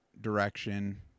direction